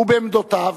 ובעמדותיו,